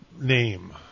name